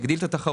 יגדיל את התחרות.